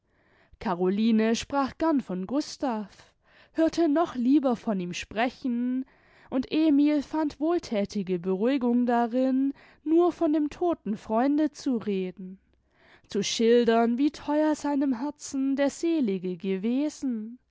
caroline sprach gern von gustav hörte noch lieber von ihm sprechen und emil fand wohlthätige beruhigung darin nur von dem todten freunde zu reden zu schildern wie theuer seinem herzen der selige gewesen